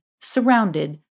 surrounded